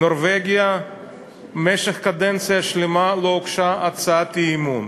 בנורבגיה במשך קדנציה שלמה לא הוגשה הצעת אי-אמון.